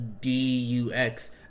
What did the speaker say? D-U-X